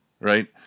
Right